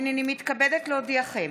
הינני מתכבדת להודיעכם,